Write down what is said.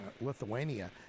Lithuania